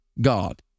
God